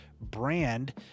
brand